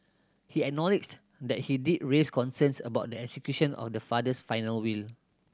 he acknowledged that he did raise concerns about the execution of their father's final will